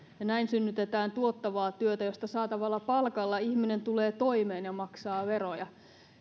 ja näin synnytetään tuottavaa työtä josta saatavalla palkalla ihminen tulee toimeen ja maksaa veroja